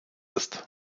ist